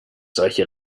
solche